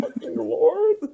lord